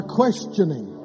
questioning